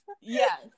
Yes